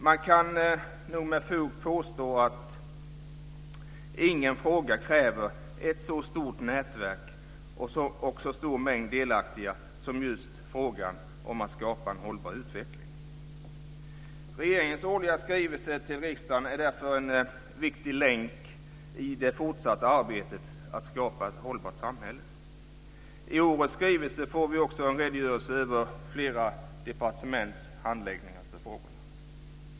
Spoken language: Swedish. Man kan nog med fog påstå att ingen fråga kräver ett så stort nätverk och så stor mängd delaktiga som just frågan om att skapa en hållbar utveckling. Regeringens årliga skrivelse till riksdagen är därför en viktig länk i det fortsatta arbetet med att skapa ett hållbart samhälle. I årets skrivelse får vi också en redogörelse över flera departements handläggning av frågorna.